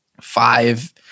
five